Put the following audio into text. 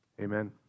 Amen